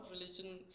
religion